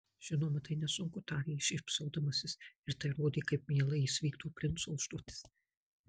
žinoma tai nesunku tarė jis šypsodamasis ir tai rodė kaip mielai jis vykdo princo užduotis